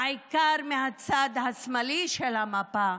בעיקר מהצד השמאלי של המפה,